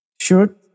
Sure